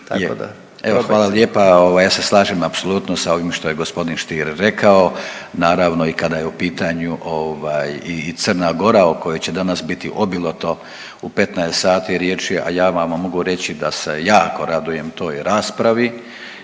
evo hvala lijepa, ovaj ja se slažem apsolutno sa ovim što je g. Stier rekao, naravno i kada je u pitanju ovaj i Crna Gora o kojoj će danas biti obiloto u 15 sati riječi, a ja vam mogu reći da se jako radujem toj raspravi